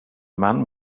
man